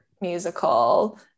musical